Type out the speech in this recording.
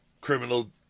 criminal